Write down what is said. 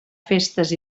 festes